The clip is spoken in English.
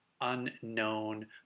unknown